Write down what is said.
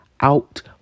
out